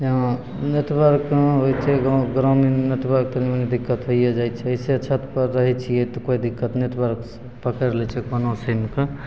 network कहाँ रहै छै गाम ग्रामीण नेटवर्क तनि मनि दिक्कत होइए जाइ छै अइसे छतपर रहै छिए तऽ कोइ दिक्कत नेटवर्क पकड़ि लै छै कोनो सिमके